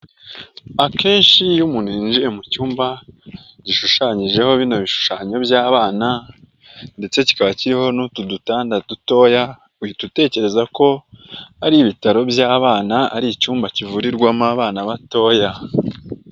Akenshi iyo umuntu yinjiye mu cyumba gishushanyijeho bino bishushanyo by'abana ndetse kikaba kiriho n'utu dutanda dutoya, uhita utekereza ko ari ibitaro by'abana ari icyumba kivurirwamo abana batoya.